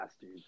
dude